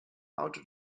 auto